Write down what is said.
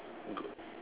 good